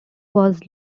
was